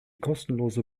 kostenlose